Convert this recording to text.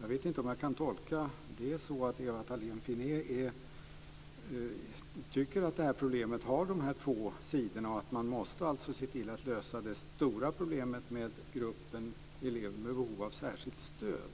Jag vet inte om jag kan tolka det så att Ewa Thalén Finné tycker att problemet har de här två sidorna och att man alltså måste se till att lösa det stora problemet med gruppen elever med behov av särskilt stöd